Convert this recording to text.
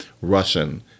Russian